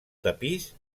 tapís